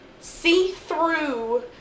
see-through